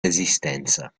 resistenza